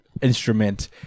instrument